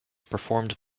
performed